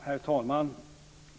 Herr talman!